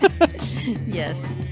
yes